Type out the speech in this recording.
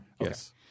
Yes